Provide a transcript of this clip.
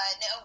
no